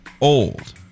old